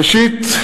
ראשית,